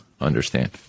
understand